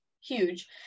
huge